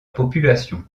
population